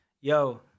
yo